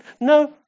No